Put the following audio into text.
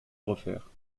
refaire